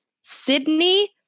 Sydney